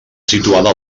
situada